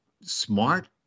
smart